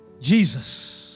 Jesus